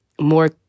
more